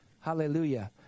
Hallelujah